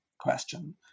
question